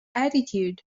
attitude